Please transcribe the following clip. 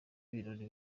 ibirori